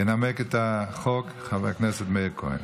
ינמק את החוק חבר הכנסת מאיר כהן.